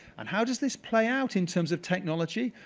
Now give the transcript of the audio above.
and how does this play out in terms of technology?